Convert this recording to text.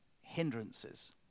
hindrances